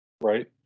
right